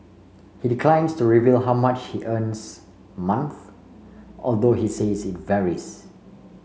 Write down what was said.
he declines to reveal how much he earns month although he says it varies